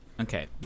okay